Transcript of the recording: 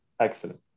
excellent